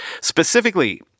Specifically